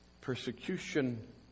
persecution